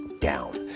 down